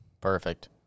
Perfect